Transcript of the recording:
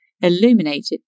illuminated